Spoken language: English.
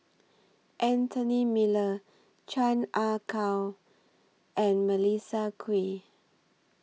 Anthony Miller Chan Ah Kow and Melissa Kwee